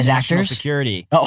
security